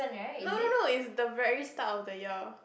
no no no it's the very start of the year